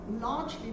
largely